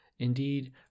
Indeed